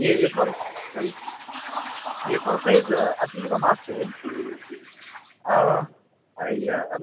A A four size A four size अतीव मास्तु